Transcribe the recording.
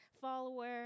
follower